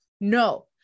no